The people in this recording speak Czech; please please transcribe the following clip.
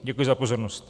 Děkuji za pozornost.